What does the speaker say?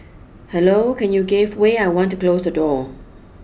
hello can you give way I want to close the door